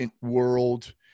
world